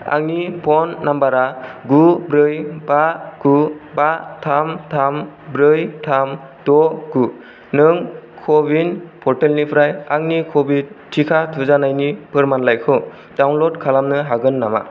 आंनि phone number आ गु ब्रै बा गु बा थाम थाम ब्रै थाम द' गु नों क' विन पर्टेलनिफ्राय आंनि कविड टिका थुजानायनि फोरमानलाइखौ डाउनलड खालामनो हागोन नामा